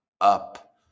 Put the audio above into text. up